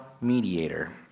mediator